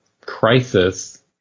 crisis